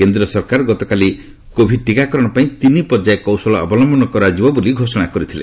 କେନ୍ଦ୍ର ସରକାର ଗତକାଲି କୋଭିଡ ଟିକାକରଣ ପାଇଁ ତିନି ପର୍ଯ୍ୟାୟ କୌଶଳ ଅବଲମ୍ଭନ କରାଯିବ ବୋଲି ଘୋଷଣା କରିଥିଲେ